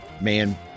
man